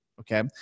Okay